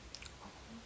oh